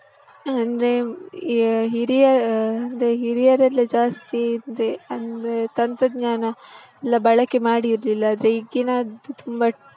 ಅಂದರೆ ಹಿರಿಯ ಅಂದರೆ ಹಿರಿಯರಲ್ಲೆ ಜಾಸ್ತಿ ಅಂದರೆ ಅಂದರೆ ತಂತ್ರಜ್ಞಾನ ಎಲ್ಲ ಬಳಕೆ ಮಾಡಿರಲಿಲ್ಲ ಆದರೆ ಈಗಿನದ್ದು ತುಂಬಾ